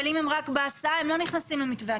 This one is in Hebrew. אבל אם הם רק בהסעה הם לא ייכנסו למתווה הכיתה הירוקה.